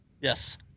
Yes